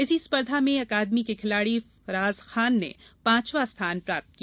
इसी स्पर्धा में अकादमी के खिलाड़ी फराज खान ने पांचवां स्थान प्राप्त किया